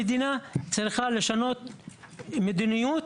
ללמוד הרבה על יחס המדינה כלפי האוכלוסייה הבדואית